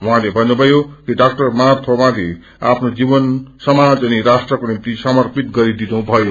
उहाँले भन्नुभयो कि डाक्टर मार थोमाले आफ्नो जीवन अनि राज्ञष्ट्रको निम्ति समर्पित गरिदिनुभयो